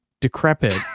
decrepit